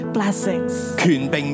Blessings